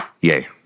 yay